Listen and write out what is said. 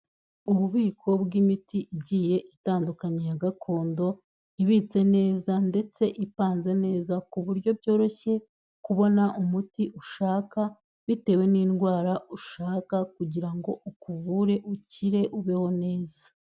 Ububiko bw'imiti igiye itandukanye ya gakondo, ibitse neza ndetse ipanze neza ku buryo byoroshye kubona umuti ushaka bitewe n'indwara ushaka kugira ngo ukuvure, ukire, ubeho neza.